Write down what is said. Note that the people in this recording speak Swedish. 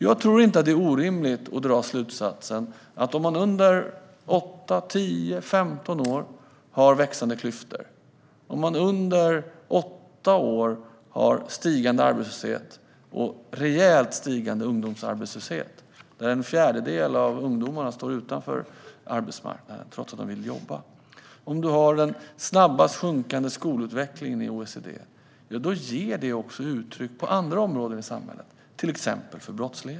Jag tror inte att det är orimligt att dra slutsatsen att det ger avtryck på andra områden, till exempel brottsligheten, om man under 10-15 år har växande klyftor, under åtta år har stigande arbetslöshet och en rejält stigande ungdomsarbetslöshet, att en fjärdedel av ungdomarna står utanför arbetsmarknaden trots att de vill jobba, och om man har den snabbast sjunkande skolutvecklingen i OECD.